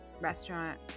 restaurant